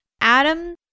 Adam